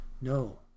No